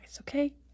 okay